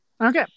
Okay